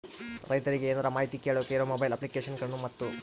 ರೈತರಿಗೆ ಏನರ ಮಾಹಿತಿ ಕೇಳೋಕೆ ಇರೋ ಮೊಬೈಲ್ ಅಪ್ಲಿಕೇಶನ್ ಗಳನ್ನು ಮತ್ತು?